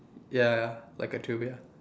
ya ya I got two ya